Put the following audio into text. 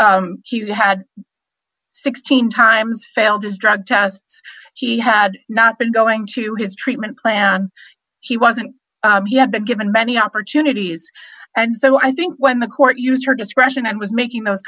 she had sixteen times failed his drug tests he had not been going to his treatment plan he wasn't he had been given many opportunities and so i think when the court used her discretion and was making those